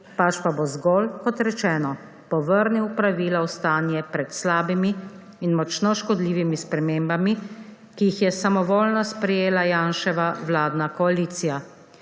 pač pa bo zgolj, kot rečeno, povrnil pravila v stanje pred slabimi in močno škodljivimi spremembami, ki jih je samovoljno sprejela Janševa vladna koalicija.